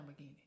Lamborghini